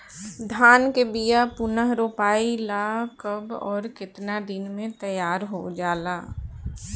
धान के बिया पुनः रोपाई ला कब और केतना दिन में तैयार होजाला?